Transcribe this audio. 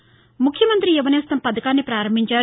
ముఖ్యమంతి యువనేస్తం పథకాన్ని ప్రారంభించారు